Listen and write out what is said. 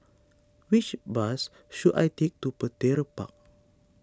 which bus should I take to Petir Park